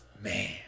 man